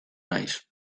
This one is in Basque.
naiz